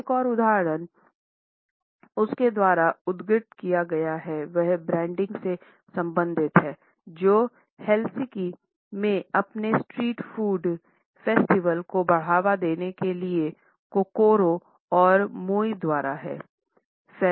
एक और उदाहरण जो उसके द्वारा उद्धृत किया गया है वह ब्रांडिंग से संबंधित है जो हेलसिंकी में अपने स्ट्रीट फूड फेस्टिवल को बढ़ावा देने के लिए कोकोरो और मोई द्वारा है